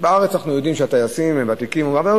בארץ אנחנו יודעים שהטייסים הם ותיקים,